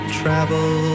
travel